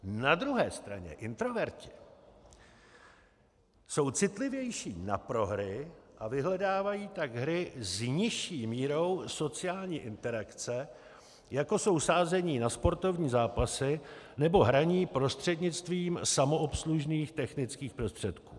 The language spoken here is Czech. Na druhé straně introverti jsou citlivější na prohry a vyhledávají tak hry s nižší mírou sociální interakce, jako jsou sázení na sportovní zápasy nebo hraní prostřednictvím samoobslužných technických prostředků.